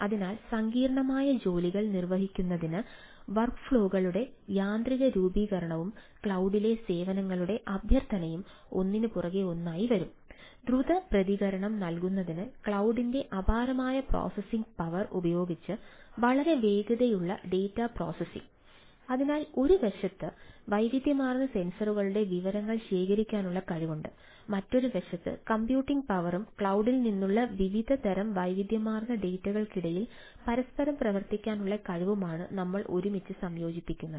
അതിനാൽ സങ്കീർണ്ണമായ ജോലികൾ നിർവഹിക്കുന്നതിന് വർക്ക്ഫ്ലോകളുടെ ക്ലൌഡിൽ നിന്നുള്ള വിവിധതരം വൈവിധ്യമാർന്ന ഡാറ്റകൾക്കിടയിൽ പരസ്പരം പ്രവർത്തിക്കാനുള്ള കഴിവുമാണ് നമ്മൾ ഒരുമിച്ച് സംയോജിപ്പിക്കുന്നത്